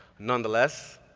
nonetheless,